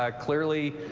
um clearly,